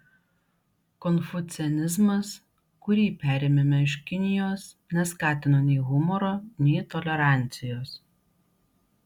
konfucianizmas kurį perėmėme iš kinijos neskatino nei humoro nei tolerancijos